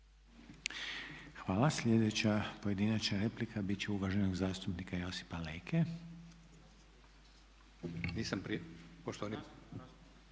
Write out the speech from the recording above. Hvala. Sljedeća pojedinačna replika bit će uvaženog zastupnika Josipa Leke. **Leko,